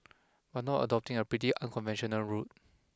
but not adopting a pretty unconventional route